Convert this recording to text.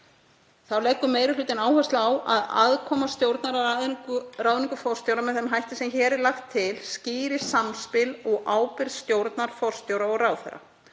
Þá leggur meiri hlutinn áherslu á að aðkoma stjórnar að ráðningu forstjóra með þeim hætti sem hér er lagt til skýri samspil og ábyrgð stjórnar, forstjóra og ráðherra.